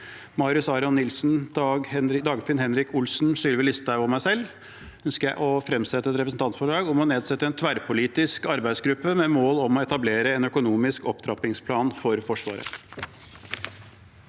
Marius Arion Nilsen, Dagfinn Henrik Olsen, Sylvi Listhaug og meg selv ønsker jeg å fremsette et representantforslag om å nedsette en tverrpolitisk arbeidsgruppe med mål om å etablere en økonomisk opptrappingsplan for Forsvaret.